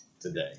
today